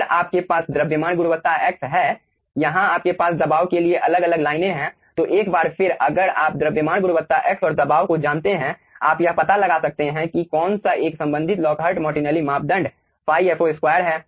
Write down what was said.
अगर आपके पास द्रव्यमान गुणवत्ता x हैं यहाँ आपके पास दबाव के लिए अलग अलग लाइनें हैं तो एक बार फिर अगर आप द्रव्यमान गुणवत्ता x और दबाव को जानते हैं आप यह पता लगा सकते हैं कि कौन सा एक संबंधित लॉकहार्ट मार्टिनेली मापदंड ϕ fo2 है